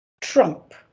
Trump